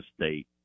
State